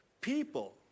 people